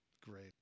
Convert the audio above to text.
great